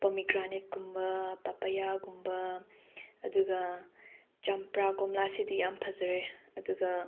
ꯄ꯭ꯔꯣꯃꯒ꯭ꯔꯦꯅꯦꯠꯀꯨꯝꯕ ꯄꯥꯄꯌꯥꯒꯨꯝꯕ ꯑꯗꯨꯒ ꯆꯝꯄ꯭ꯔꯥ ꯀꯣꯝꯂꯥꯁꯤꯗꯤ ꯌꯥꯝ ꯐꯖꯔꯦ ꯑꯗꯨꯒ